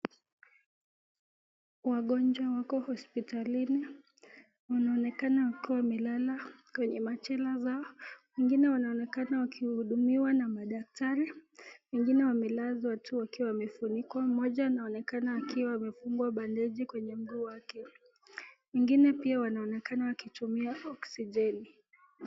Wagonjwa wako hospialini wanaonekana wakiwa wamelala kwenye machela zao, wengine wanaonekana wakihudumiwa na madaktari. Wengine wamelazwa tu wakiwa wamefunukwa. Mmoja anaonekana akiwa amefungwa bandeji kwenye mguu wake. Wengine pia wanaonekana wakitumia oksijeni.